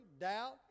Doubt